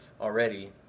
already